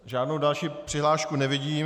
Žádnou další přihlášku nevidím.